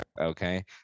okay